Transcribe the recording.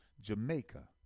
Jamaica